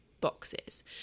boxes